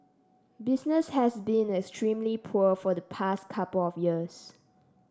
business has been extremely poor for the past couple of years